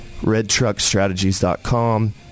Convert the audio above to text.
redtruckstrategies.com